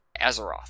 Azeroth